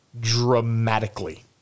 dramatically